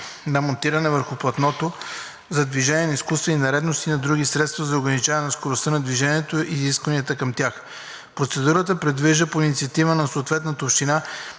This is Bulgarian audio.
или монтиране върху платното за движение на изкуствени неравности и на други средства за ограничаване на скоростта на движение и изискванията към тях. Процедурата предвижда по инициатива на съответната община